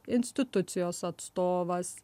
institucijos atstovas